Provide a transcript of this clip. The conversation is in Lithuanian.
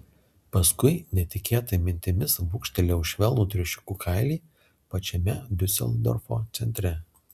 paskui netikėtai mintimis brūkštelėjau švelnų triušiukų kailį pačiame diuseldorfo centre